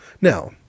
Now